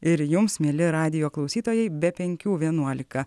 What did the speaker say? ir jums mieli radijo klausytojai be penkių vienuolika